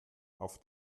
auf